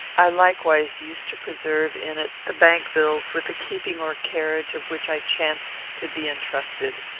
i likewise used to preserve in it the bank-bills with the keeping or carriage of which i chanced to be entrusted.